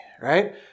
right